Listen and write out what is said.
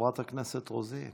חברת הכנסת רוזין.